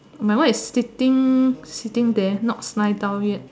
my one is sitting sitting there not fly down yet